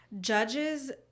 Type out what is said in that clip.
judges